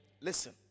Listen